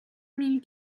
mille